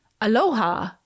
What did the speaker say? Aloha